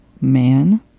man